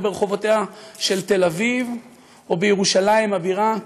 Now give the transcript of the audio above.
ברחובותיה של תל אביב או בירושלים הבירה,